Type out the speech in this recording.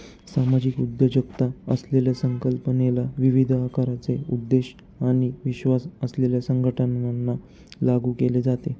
सामाजिक उद्योजकता असलेल्या संकल्पनेला विविध आकाराचे उद्देश आणि विश्वास असलेल्या संघटनांना लागू केले जाते